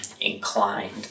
inclined